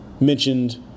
mentioned